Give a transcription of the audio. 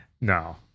No